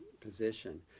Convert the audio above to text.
position